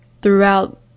throughout